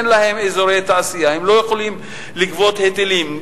אין להן אזורי תעשייה, הן לא יכולות לגבות היטלים.